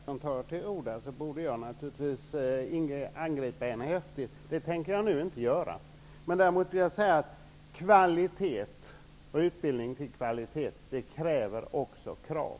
Fru talman! När Elisabeth Persson tar till orda borde jag givetvis angripa henne häftigt. Det tänker jag nu inte göra. Men jag vill säga följande: Kvalitet och utbildning till kvalitet kräver också krav.